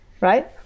right